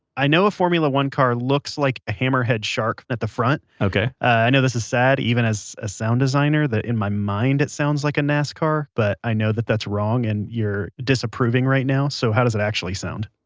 i know a formula one car looks like a hammerhead shark at the front okay i know this is sad, even as a sound designer, in my mind it sounds like a nascar car, but i know that that's wrong and you're disapproving right now. so how does it actually sound?